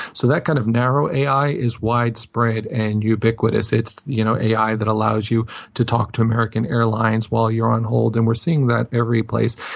so that kind of narrow ai is widespread and ubiquitous. it's you know ai that allows you to talk to american airlines while you're on hold. and we're seeing that every place.